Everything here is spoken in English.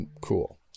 cool